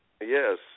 Yes